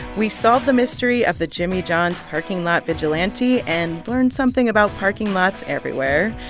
we solve the mystery of the jimmy john's parking lot vigilante and learn something about parking lots everywhere.